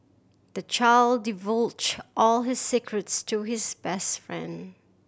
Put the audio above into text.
the child divulged all his secrets to his best friend